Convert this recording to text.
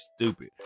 stupid